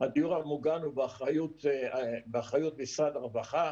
הדיור המוגן הוא באחריות משרד הרווחה.